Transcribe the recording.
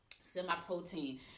semi-protein